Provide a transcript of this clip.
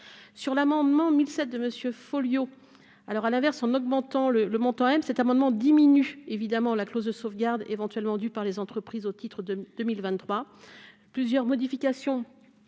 sur l'amendement mille sept de monsieur Folliot alors à l'inverse, en augmentant le le montant, M. cet amendement diminue évidemment la clause de sauvegarde éventuellement dues par les entreprises au titre de 2023 plusieurs modifications